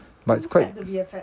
but it's quite